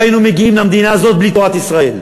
לא היינו מגיעים למדינה הזאת בלי תורת ישראל.